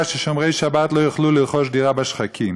ששומרי שבת לא יוכלו לרכוש דירה בשחקים.